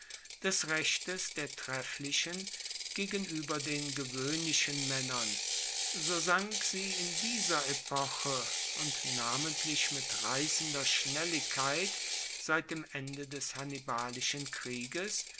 des rechtes der trefflichen gegenueber den gewoehnlichen maennern so sank sie in dieser epoche und namentlich mit reissender schnelligkeit seit dem ende des hannibalischen krieges